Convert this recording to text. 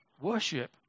Worship